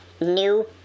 new